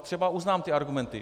Třeba uznám ty argumenty.